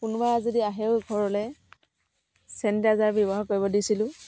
কোনোবা যদি আহেও ঘৰলে চেনিটাইজাৰ ব্যৱহাৰ কৰিব দিছিলোঁ